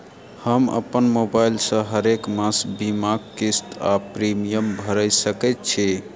हम अप्पन मोबाइल सँ हरेक मास बीमाक किस्त वा प्रिमियम भैर सकैत छी?